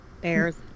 Bears